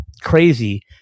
crazy